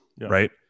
right